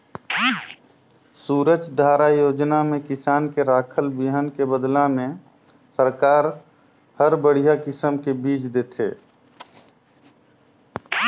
सूरजधारा योजना में किसान के राखल बिहन के बदला में सरकार हर बड़िहा किसम के बिज देथे